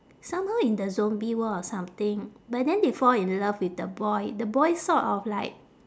somehow in the zombie world or something but then they fall in love with the boy the boy sort of like